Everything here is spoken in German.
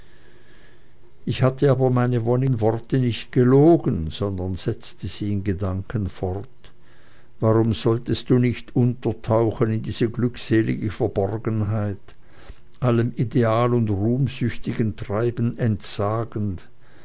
ich hatte aber meine vorhinnigen worte nicht gelogen sondern setzte sie in gedanken fort warum sollst du nicht untertauchen in diese glückselige verborgenheit allem ideal und ruhmsüchtigen treiben entsagend